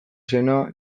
zena